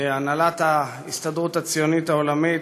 הנהלת ההסתדרות הציונית העולמית,